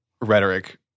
rhetoric